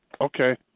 Okay